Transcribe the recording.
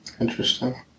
Interesting